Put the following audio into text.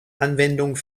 anwendung